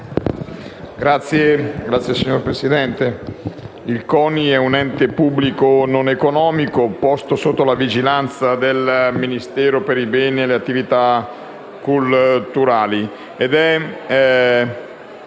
nel 2002. È un ente pubblico non economico, posto sotto la vigilanza del Ministero per i beni e le attività culturali,